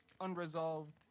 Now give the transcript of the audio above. unresolved